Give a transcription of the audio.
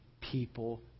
People